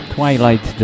Twilight